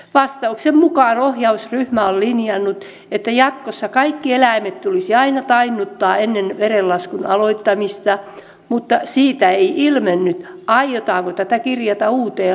vastauksen mukaan ohjausryhmä on linjannut että jatkossa kaikki eläimet tulisi aina tainnuttaa ennen verenlaskun aloittamista mutta siitä ei ilmennyt aiotaanko tätä kirjata uuteen lakiin